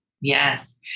Yes